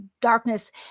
darkness